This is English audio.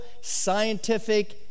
scientific